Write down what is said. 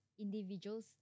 individuals